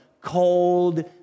cold